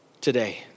today